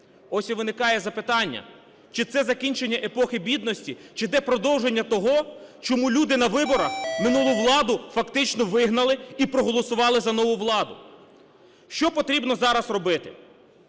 Ось і виникає питання: чи це закінчення епохи бідності, чи йде продовження того, чому люди на виборах минулу владу фактично вигнали і проголосували за нову владу. Що потрібно зараз робити?